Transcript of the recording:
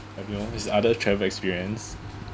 you know his other travel experience